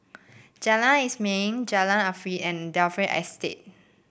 Jalan Ismail Jalan Arif and Dalvey Estate